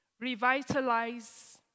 revitalize